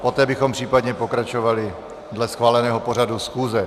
Poté bychom případně pokračovali dle schváleného pořadu schůze.